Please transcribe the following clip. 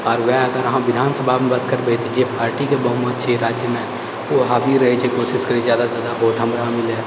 आर ओएह अगर अहाँ विधानसभामे बात करबै तऽ जे पार्टीके बहुमत छै राज्यमे ओ हाबी रहैत छै कोशिश करैत छै जादासँ जादा वोट हमरा मिलए